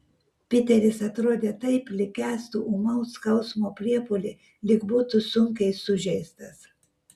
piteris atrodė taip lyg kęstų ūmaus skausmo priepuolį lyg būtų sunkiai sužeistas